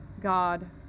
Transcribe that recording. God